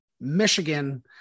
Michigan